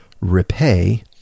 repay